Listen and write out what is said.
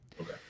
Okay